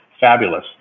fabulous